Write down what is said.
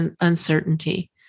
uncertainty